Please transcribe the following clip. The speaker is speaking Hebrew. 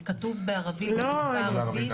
יוסיפו לנו עוד שעות